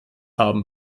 haben